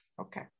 Okay